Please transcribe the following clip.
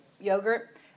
yogurt